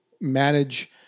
manage